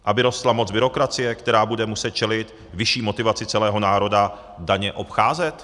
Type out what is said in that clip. Aby rostla moc byrokracie, která bude muset čelit vyšší motivaci celého národa daně obcházet?